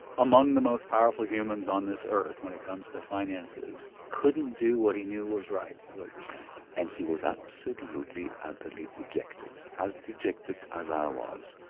among the most powerful humans on this earth when it comes to finances, couldn't do what he knew was right, is what you're saying and he was absolutely, utterly dejected as dejected as i was.